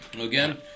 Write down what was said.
Again